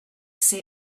say